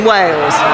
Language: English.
Wales